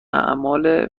اعمال